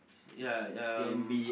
ya um